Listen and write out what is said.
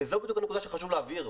וזו בדיוק הנקודה שחשוב להבהיר.